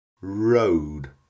road